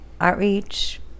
outreach